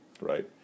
right